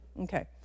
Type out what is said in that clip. Okay